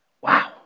Wow